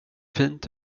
fint